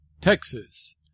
Texas